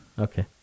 Okay